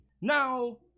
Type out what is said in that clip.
Now